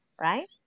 right